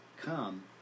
come